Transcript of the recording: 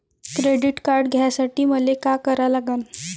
Credit card घ्यासाठी मले का करा लागन?